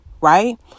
right